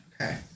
okay